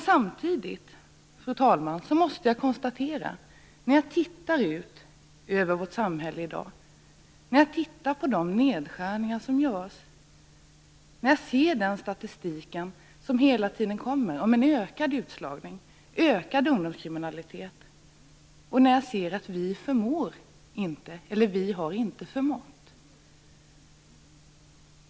Samtidigt, fru talman, måste jag när jag tittar ut över vårt samhälle i dag, när jag noterar de nedskärningar som görs, när jag ser den statistik som hela tiden kommer om en ökad utslagning, ökad ungdomskriminalitet konstatera att vi inte har förmått att skydda våra barn.